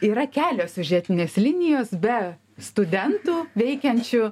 yra kelios siužetinės linijos be studentų veikiančių